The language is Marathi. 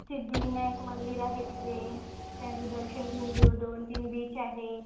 सिद्धिविनायक मंदिर आहे तिथे त्यांचं दर्शन घेऊन घेऊ दोन तीन बीच आहे